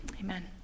Amen